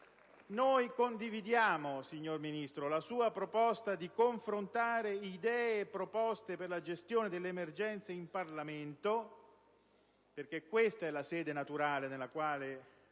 Noi condividiamo, signor Ministro, la sua proposta di confrontare idee e proposte per la gestione dell'emergenza in Parlamento, perché questa è la sede naturale nella quale